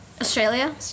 Australia